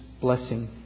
blessing